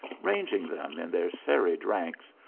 ranging them in their serried ranks,